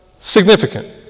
significant